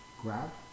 Grab